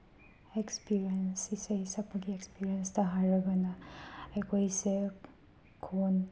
experience ꯏꯁꯩ ꯁꯛꯄꯒꯤ ꯑꯦꯛꯁꯄꯤꯔꯤꯌꯦꯟꯁꯇ ꯍꯥꯏꯔꯒꯅ ꯑꯩꯈꯣꯏꯁꯦ ꯈꯣꯟ